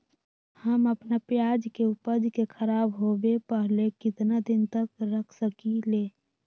हम अपना प्याज के ऊपज के खराब होबे पहले कितना दिन तक रख सकीं ले?